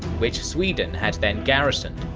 which sweden had then garrisoned.